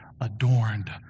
adorned